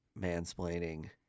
mansplaining